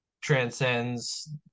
transcends